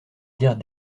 dire